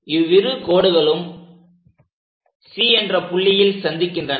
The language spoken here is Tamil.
இவ்விரு கோடுகளும் C என்ற புள்ளியில் சந்திக்கின்றன